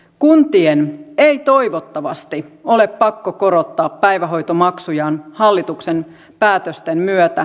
kuntien ei toivottavasti ole pakko korottaa päivähoitomaksujaan hallituksen päätösten myötä